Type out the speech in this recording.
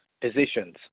positions